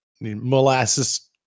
molasses